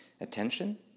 attention